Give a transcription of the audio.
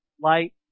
Light